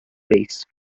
base